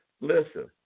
listen